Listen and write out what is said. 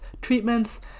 treatments